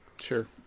Sure